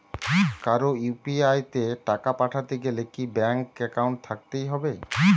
কারো ইউ.পি.আই তে টাকা পাঠাতে গেলে কি ব্যাংক একাউন্ট থাকতেই হবে?